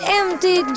empty